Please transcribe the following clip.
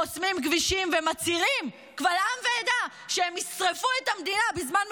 חוסמים כבישים ומצהירים קבל העם ועדה שהם ישרפו את המדינה בזמן מלחמה,